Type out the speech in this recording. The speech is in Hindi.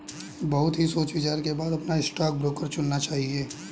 बहुत ही सोच विचार के बाद अपना स्टॉक ब्रोकर चुनना चाहिए